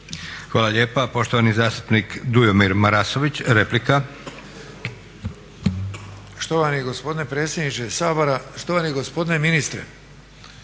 Hvala lijepa. Poštovani zastupnik Dujomir Marasović, replika. **Marasović, Dujomir (HDZ)** Štovani gospodine predsjedniče Sabora, štovani gospodine ministre.